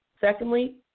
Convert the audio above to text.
Secondly